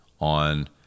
on